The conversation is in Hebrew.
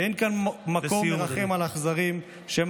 אין כאן מקום לרחם על אכזרים, לסיים, אדוני.